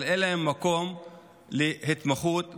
אבל אין להם מקום להתמחות בארץ.